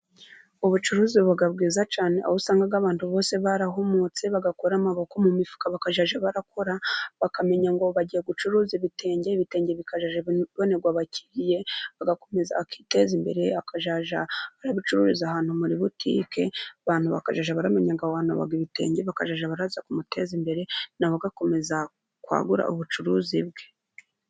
Ubucuruzi buba bwiza cyane aho usanga abantu bose barahumutse, bagakura amaboko mu mifuka bagakora, bakamenya ngo bagiye gucuruza ibitenge, ibitenge bikazajya bibonerwa abakiriya agakomeza akiteza imbere, akazajya abicururiza ahantu muri butike abantu bakazajya bamenya ngo haba ibitenge, bakazajya baza kumuteza imbere, na we agakomeza kwagura ubucuruzi bwe.